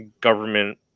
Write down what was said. government